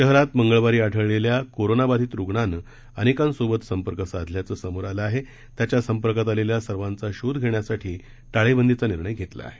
शहरात मंगळवारी आढळलेल्या कोरोनाबाधित रुग्णानं अनेकांसोबत संपर्क साधल्याचं समोर आलं आहे त्याच्या संपर्कात आलेल्या सर्वांचा शोध घेण्यासाठी टाळेबंदीचा निर्णय घेतला आहे